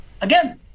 Again